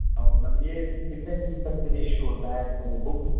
اور میم یہ کتنے دن تک کے لئے یہ ایشو ہوتا ہے بک